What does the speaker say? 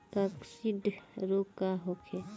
काकसिडियासित रोग का होखे?